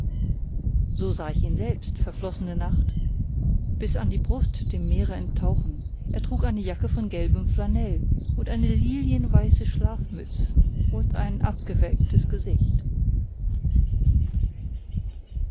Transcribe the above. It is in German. so sah ich ihn selbst verflossene nacht bis an die brust dem meere enttauchen er trug eine jacke von gelbem flanell und eine lilienweiße schlafmütz und ein abgewelktes gesicht